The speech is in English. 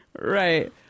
Right